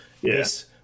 yes